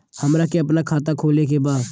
हमरा के अपना खाता खोले के बा?